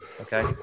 Okay